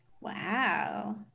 Wow